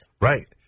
Right